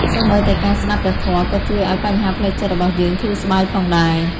សូម្បីតែការស្តាប់ព្រះធម៌ក៏ជួយឲ្យបញ្ហាផ្លូវចិត្តរបស់យើងធូរស្បើយផងដែរ។